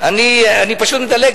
אני פשוט מדלג.